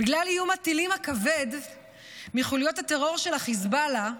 בגלל איום הטילים הכבד מחוליות הטרור של חיזבאללה,